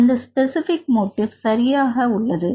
அந்த specific motif சரியாக உள்ளது